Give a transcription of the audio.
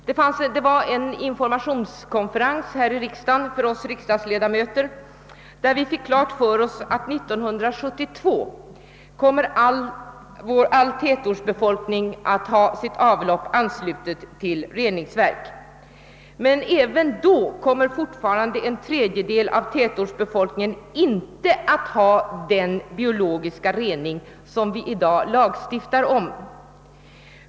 Det anordnades en informationskonferens här i riksdagen för oss riksdagsledamöter där vi fick klart för oss att all tätortsbefolkning kommer att ha sitt avlopp anslutet till reningsverk 1972, men även då kommer fortfarande en tredjedel av tätortsbefolkningen inte att ha den biologiska rening som vi i dag lagstiftar om.